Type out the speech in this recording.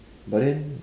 but then